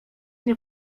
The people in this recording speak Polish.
nie